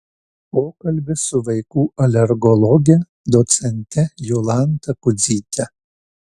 pokalbis su vaikų alergologe docente jolanta kudzyte